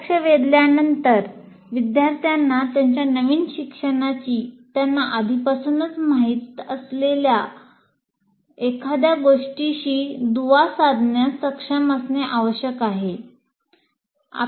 लक्ष वेधल्यानंतर विद्यार्थ्यांना त्यांच्या नवीन शिक्षणाची त्यांना आधीपासूनच माहित असलेल्या एखाद्या गोष्टीशी दुवा साधण्यास सक्षम असणे आवश्यक आहे